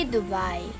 Dubai